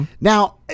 Now